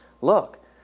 Look